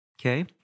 Okay